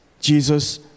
Jesus